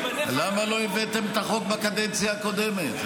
למה לא הבאתם את החוק בקדנציה הקודמת?